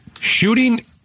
shooting